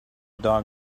dog